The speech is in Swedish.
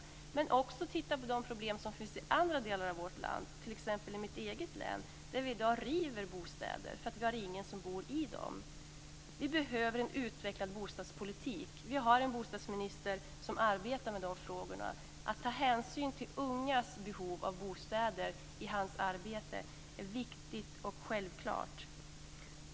Men det gäller också att titta på de problem som finns i andra delar av vårt land, t.ex. i mitt län där vi i dag river bostäder därför att ingen bor i dem. Vi behöver en utvecklad bostadspolitik. Vi har, som sagt, en bostadsminister som arbetar med de här frågorna. Att i hans arbete ta hänsyn till de ungas behov av bostad är viktigt och självklart.